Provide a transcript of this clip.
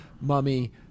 mummy